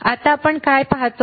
आता आपण काय पाहतो